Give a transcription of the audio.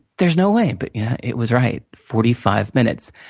there's no way, but it was right, forty five minutes.